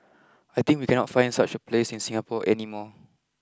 I think we cannot find such a place in Singapore any more